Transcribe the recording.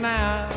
now